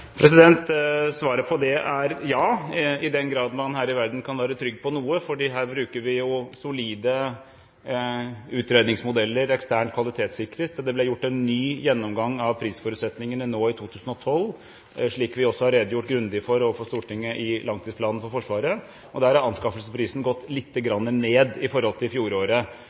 Svaret på det er ja – i den grad man her i verden kan være trygg på noe, fordi vi her bruker solide utredningsmodeller som er eksternt kvalitetssikret. Det ble gjort en ny gjennomgang av prisforutsetningene nå i 2012, slik vi også har redegjort grundig for overfor Stortinget i langtidsplanen for Forsvaret. Der har anskaffelsesprisen gått lite grann ned sammenliknet med fjoråret – til